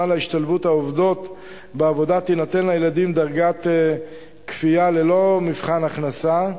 להשתלבות העובדות בעבודה תינתן לילדים דרגת כפייה ללא מבחן הכנסה,